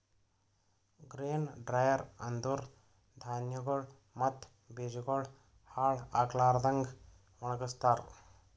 grain dryer ಅಂದುರ್ ಧಾನ್ಯಗೊಳ್ ಮತ್ತ ಬೀಜಗೊಳ್ ಹಾಳ್ ಆಗ್ಲಾರದಂಗ್ ಒಣಗಸ್ತಾರ್